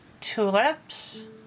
tulips